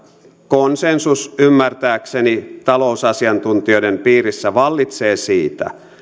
konsensus ymmärtääkseni talousasiantuntijoiden piirissä vallitsee siitä